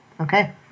Okay